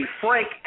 Frank